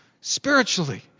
spiritually